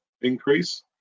increase